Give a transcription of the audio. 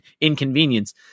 inconvenience